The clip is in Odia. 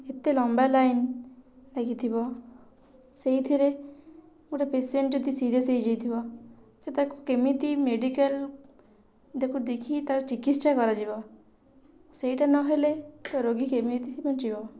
ଏତେ ଲମ୍ବା ଲାଇନ୍ ଲାଗିଥିବ ସେଥିରେ ଗୋଟେ ପେସେଣ୍ଟ୍ ଯଦି ସିରିଏସ୍ ହେଇଯାଇଥିବ ସେ ତାକୁ କେମିତି ମେଡ଼ିକାଲ୍ ତାକୁ ଦେଖି ତା'ର ଚିକିତ୍ସା କରାଯିବ ସେଇଟା ନ ହେଲେ ରୋଗୀ କେମିତି ବଞ୍ଚିବ